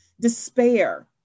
despair